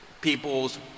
People's